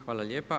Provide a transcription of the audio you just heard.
Hvala lijepa.